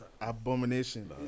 Abomination